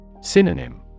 Synonym